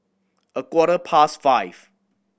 a quarter past five